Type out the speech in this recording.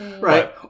Right